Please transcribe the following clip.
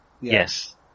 Yes